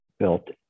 built